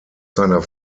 seiner